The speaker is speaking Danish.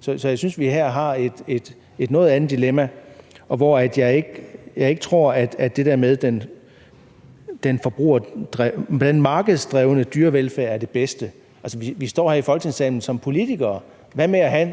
Så jeg synes, at vi her har at gøre med et noget andet dilemma, og jeg tror ikke, at det der med den markedsdrevne dyrevelfærd er det bedste. Vi står her i Folketingssalen som politikere. Hvad med at have